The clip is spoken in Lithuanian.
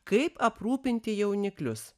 kaip aprūpinti jauniklius